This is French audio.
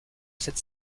cette